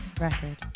record